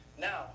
Now